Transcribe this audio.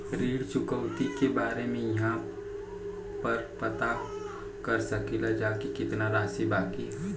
ऋण चुकौती के बारे इहाँ पर पता कर सकीला जा कि कितना राशि बाकी हैं?